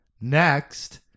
next